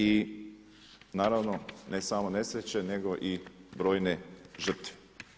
I naravno ne samo nesreće, nego i brojne žrtve.